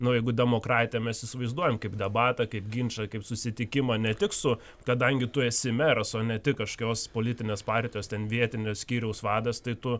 nu jeigu demokratiją mes įsivaizduojam kaip debatą kaip ginčą kaip susitikimą ne tik su kadangi tu esi meras o ne tik kažkokios politinės partijos ten vietinio skyriaus vadas tai tu